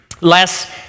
less